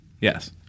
Yes